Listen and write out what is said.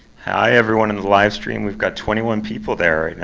hi, everyone in the live stream. we've got twenty one people there right and